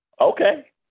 okay